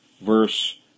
verse